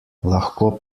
lahko